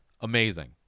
amazing